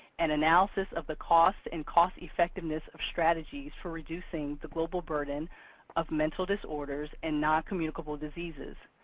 and analysis of the costs and cost-effectiveness of strategies for reducing the global burden of mental disorders and noncommunicable diseases.